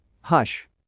Hush